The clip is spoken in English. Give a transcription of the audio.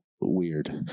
weird